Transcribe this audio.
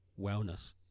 wellness